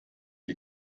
die